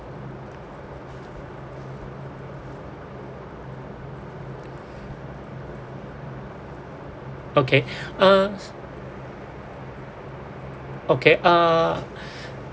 okay uh okay uh